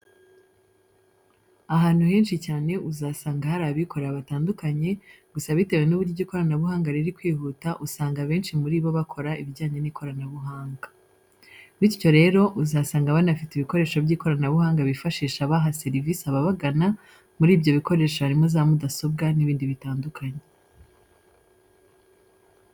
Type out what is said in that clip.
Ahantu henshi cyane uzasanga hari abikorera batandukanye, gusa bitewe n'uburyo ikoranabuhanga riri kwihuta usanga abenshi muri bo bakora ibijyanye n'ikoranabuhanga. Bityo rero uzasanga banafite ibikoresho by'ikoranabuhanga bifashisha baha serivisi ababagana, muri ibyo bikoresho harimo za mudasobwa n'ibindi bitandukanye.